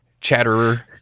Chatterer